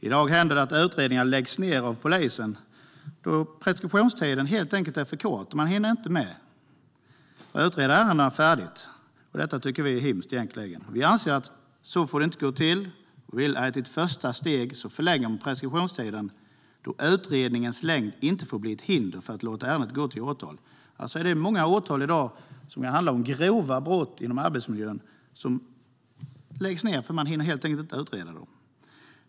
I dag händer det att utredningar läggs ned av polisen eftersom preskriptionstiden helt enkelt är för kort - man hinner inte utreda ärendena färdigt. Det tycker vi egentligen är hemskt. Vi anser att det inte får gå till så och vill att man i ett första steg förlänger preskriptionstiden. Utredningens längd får inte bli ett hinder för att låta ärendet gå till åtal. I dag läggs många åtal som gäller grova arbetsmiljöbrott ned för att man helt enkelt inte hinner utreda dem.